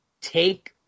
take